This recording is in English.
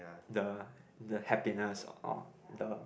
the the happiness or the